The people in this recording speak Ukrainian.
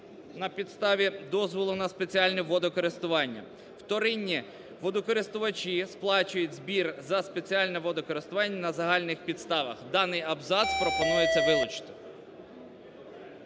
на підставі дозволу на спеціальне водокористування. Вторинні водокористувачі сплачують збір за спеціальне водокористування на загальних підставах". Даний абзац пропонується вилучити.